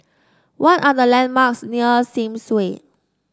what are the landmarks near Sims Way